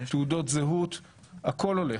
תעודות זהות והכל הולך.